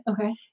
Okay